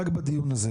רק בדיון הזה,